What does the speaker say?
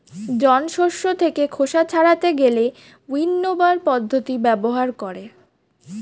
জন শস্য থেকে খোসা ছাড়াতে গেলে উইন্নবার পদ্ধতি ব্যবহার করে